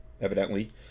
evidently